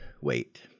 wait